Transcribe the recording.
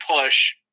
push –